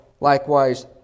likewise